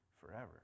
forever